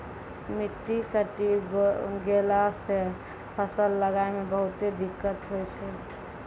मिट्टी कटी गेला सॅ फसल लगाय मॅ बहुते दिक्कत होय छै